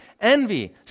envy